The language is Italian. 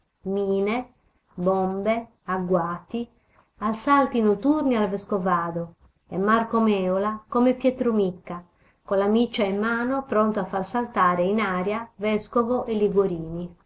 mine bombe agguati assalti notturni al vescovado e marco mèola come pietro micca con la miccia in mano pronto a far saltare in aria vescovo e liguorini